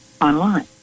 online